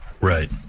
Right